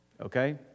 Okay